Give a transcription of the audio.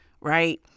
right